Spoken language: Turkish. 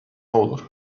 olur